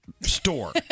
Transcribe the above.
store